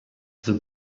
the